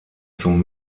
zum